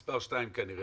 הקרקע,